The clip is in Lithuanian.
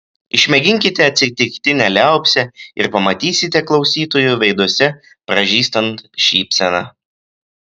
išmėginkite atsitiktinę liaupsę ir pamatysite klausytojų veiduose pražystant šypseną